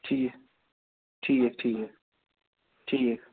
ٹھیٖک ٹھیٖک ٹھیٖک ٹھیٖک